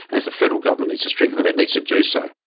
and the federal government needs to strengthen that, it needs to do so.